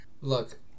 Look